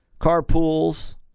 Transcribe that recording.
carpools